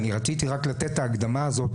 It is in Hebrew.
אני רציתי רק לתת את ההקדמה הזאת,